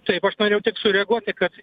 taip aš norėjau tik sureaguoti kad